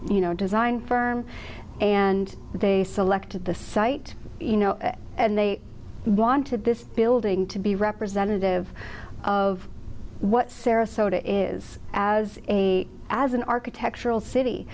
design firm and they selected the site you know and they wanted this building to be representative of what sarasota is as a as an architectural city